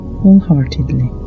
wholeheartedly